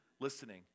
listening